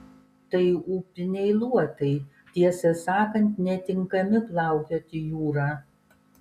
tai upiniai luotai tiesą sakant netinkami plaukioti jūra